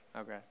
Okay